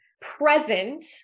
present